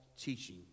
teaching